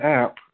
app